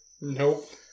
Nope